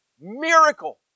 miracle